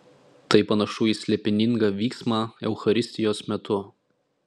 tai panašu į slėpiningą vyksmą eucharistijos metu